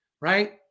right